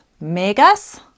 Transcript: MEGAS